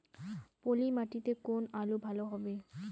পলি মাটিতে কোন আলু ভালো হবে?